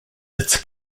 its